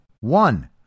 one